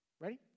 Ready